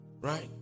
Right